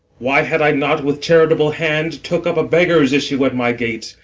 why had i not with charitable hand took up a beggar's issue at my gates,